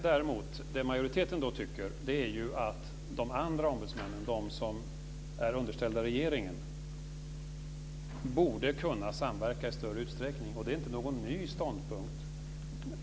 Det som majoriteten däremot tycker är att de andra ombudsmännen, de som är underställda regeringen, i större utsträckning borde kunna samverka. Och det är inte någon ny ståndpunkt.